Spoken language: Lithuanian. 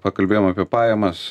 pakalbėjom apie pajamas